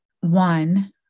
One